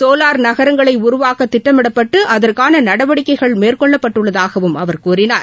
solar நகரங்களை உருவாக்க திட்டமிடப்பட்டு நடவடிக்கைகள் மேற்கொள்ளப்பட்டுள்ளதாகவும் அவர் கூறினார்